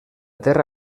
terra